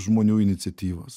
žmonių iniciatyvos